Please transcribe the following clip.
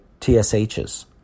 TSHs